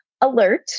alert